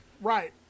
Right